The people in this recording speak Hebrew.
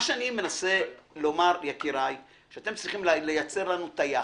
אתם צריכים לייצר לנו את היחס.